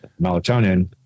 melatonin